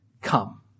come